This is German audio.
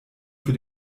für